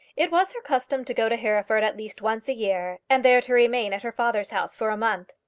it was her custom to go to hereford at least once a year, and there to remain at her father's house for a month.